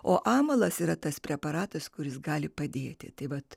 o amalas yra tas preparatas kuris gali padėti tai vat